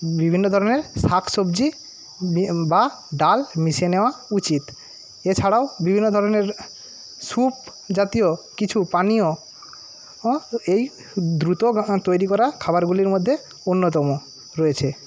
বিভিন্ন ধরণের শাকসবজি বা ডাল মিশিয়ে নেওয়া উচিত এছাড়াও বিভিন্ন ধরণের স্যুপ জাতীয় কিছু পানীয় ও এই দ্রুত তৈরি করা খাবারগুলির মধ্যে অন্যতম রয়েছে